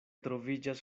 troviĝas